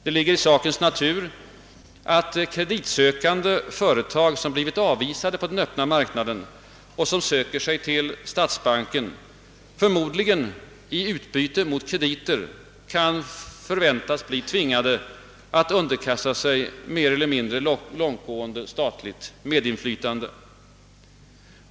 Det ligger i sakens natur att kreditsökande företag, som blivit avvisade på den öppna marknaden och som söker sig till statsbanken, förmodligen i utbyte mot krediter kan förväntas bli tvingade att underkasta sig ett mer eller mindre långtgående statligt medinflytande.